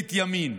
מפלגת ימין,